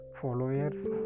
followers